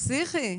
זה פסיכי.